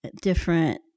different